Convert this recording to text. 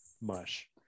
mush